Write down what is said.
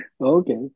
okay